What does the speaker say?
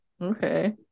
okay